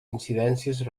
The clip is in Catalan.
incidències